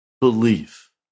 belief